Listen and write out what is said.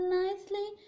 nicely